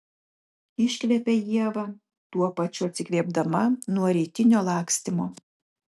iškvepia ieva tuo pačiu atsikvėpdama nuo rytinio lakstymo